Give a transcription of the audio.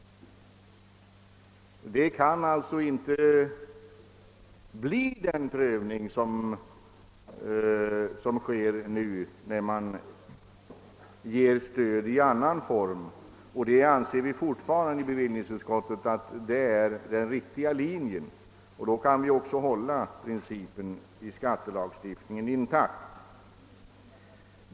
Det skulle alltså inte bli sådan prövning som den som företas för närvarande, när man lämnar stöd i annan form, vilket vi inom bevillningsutskottet fortfarande anser vara den riktiga linjen att följa. Därigenom kan vi också hålla principen i skattelagstiftningen intakt.